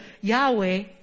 Yahweh